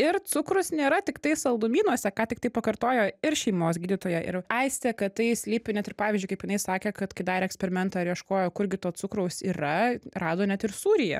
ir cukrus nėra tiktai saldumynuose ką tiktai tai pakartojo ir šeimos gydytoja ir aistė kad tai slypi net ir pavyzdžiui kaip jinai sakė kad kai darė eksperimentą ir ieškojo kur gi to cukraus yra rado net ir sūryje